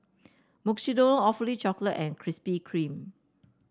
Mukshidonna Awfully Chocolate and Krispy Kreme